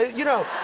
you know.